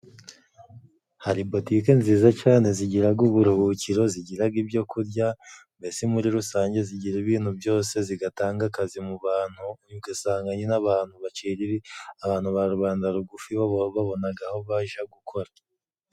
Hari botike nziza cane zigiraga uburuhukiro zigiraga ibyo kurya mbesi muri rusange zigira ibintu byose, zigatanga akazi mu bantu ugasanga nyine n'abantu baciri abantu ba rubanda rugufi babonaga aho baja gukora.